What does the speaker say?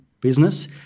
business